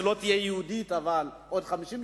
שלא תהיה יהודית בעוד 50 שנה.